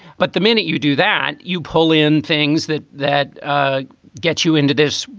but the minute you do that, you pull in things that that ah get you into this.